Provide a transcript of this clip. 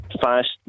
fast